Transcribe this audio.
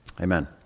Amen